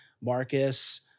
Marcus